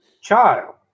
child